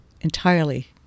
entirely